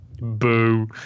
Boo